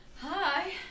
Hi